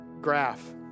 graph